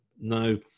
no